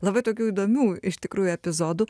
labai tokių įdomių iš tikrųjų epizodų